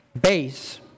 base